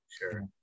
Sure